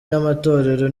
n’amatorero